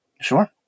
Sure